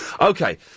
Okay